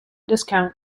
discount